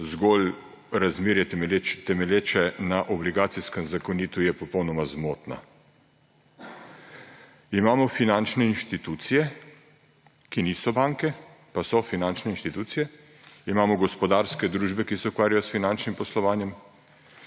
zgolj razmerje, temelječe na Obligacijskem zakoniku, je popolnoma zmotna. Imamo finančne institucije, ki niso banke, pa so finančne institucije, imamo gospodarske družbe, ki se ukvarjajo s finančnim poslovanjem,